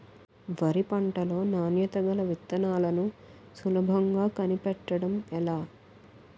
వరి పంట లో నాణ్యత గల విత్తనాలను సులభంగా కనిపెట్టడం ఎలా?